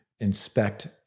inspect